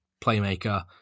playmaker